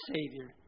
Savior